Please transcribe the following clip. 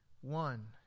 one